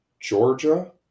Georgia